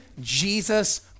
Jesus